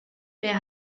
wer